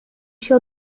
się